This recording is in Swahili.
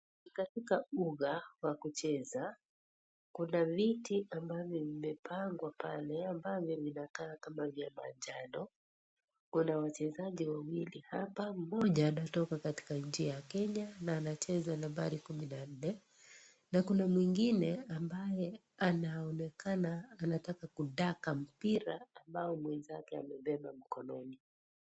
Katika uga wa kucheza. Kuna viti ambavyo vimepangwa pale ambavyo vinakaa kama vya manjano. Kuna wachezaji wawili hapa, mmoja anatoka katika nchi ya Kenya na anacheza nambari kumi na nne na kuna mwengine ambaye anaonekana anataka kudaka mpira ambao mwenzake amebeba mkononi.